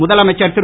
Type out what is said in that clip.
முதலமைச்சர் திரு